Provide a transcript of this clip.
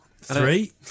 Three